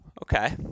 Okay